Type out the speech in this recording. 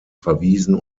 verwiesen